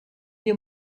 wir